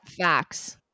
Facts